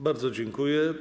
Bardzo dziękuję.